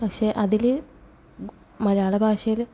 പക്ഷേ അതില് മലയാള ഭാഷയില്